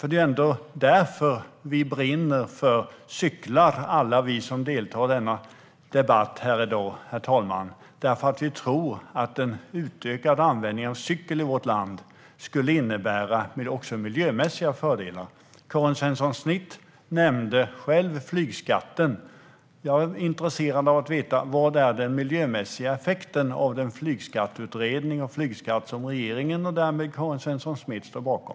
Det är ändå på grund av miljönyttan som alla vi som deltar i dagens debatt brinner för cyklar, herr talman. Vi tror att en utökad användning av cykel i vårt land också skulle innebära miljömässiga fördelar. Karin Svensson Smith nämnde själv flygskatten. Jag är intresserad av att få veta vilken miljömässig effekt som finns av den flygskatteutredning och den flygskatt som regeringen och därmed Karin Svensson Smith står bakom.